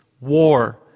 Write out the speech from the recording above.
war